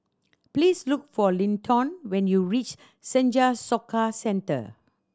please look for Linton when you reach Senja Soka Centre